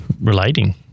relating